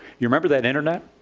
you remember that internet?